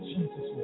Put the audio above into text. Jesus